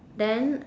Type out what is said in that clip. then